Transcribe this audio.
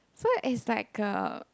so it's like a